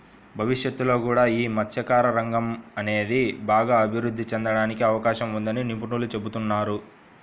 భవిష్యత్తులో కూడా యీ మత్స్యకార రంగం అనేది బాగా అభిరుద్ధి చెందడానికి అవకాశం ఉందని నిపుణులు చెబుతున్నారు